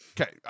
Okay